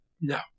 No